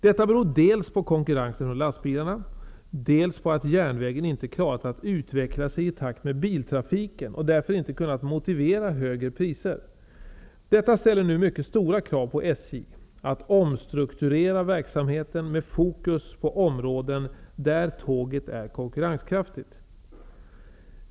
Detta beror dels på konkurrensen från lastbilarna, dels på att järnvägen inte klarat att utveckla sig i takt med biltrafiken och därför inte kunnat motivera högre priser. Detta ställer nu mycket stora krav på SJ att omstrukturera verksamheten med fokus på områden där tåget är konkurrenskraftigt.